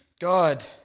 God